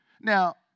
Now